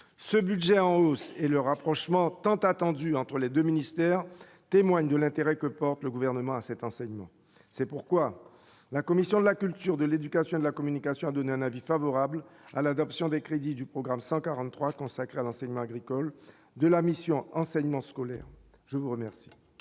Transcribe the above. ce budget en hausse et le rapprochement tant attendu entre les 2 ministères, témoigne de l'intérêt que porte le gouvernement à cet enseignement, c'est pourquoi la Commission de la culture, de l'éducation, de la communication, a donné un avis favorable à l'adoption des crédits du programme 143 consacré à l'enseignement agricole de la mission enseignement scolaire je vous remercie.